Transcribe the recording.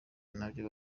nabyo